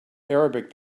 arabic